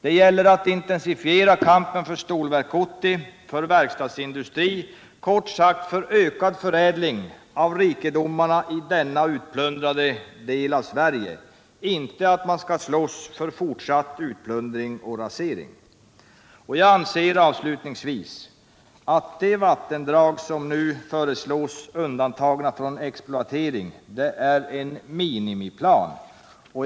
Det gäller att intensifiera kampen för Stålverk 80, för verkstadsindustri, kort sagt för ökad förädling av rikedomarna i denna utplundrade del av Sverige — inte att slåss för fortsatt utplundring och rasering. Jag anser avslutningsvis att de vattendrag som nu föreslås undantagna från exploatering är en minimiplan.